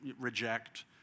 reject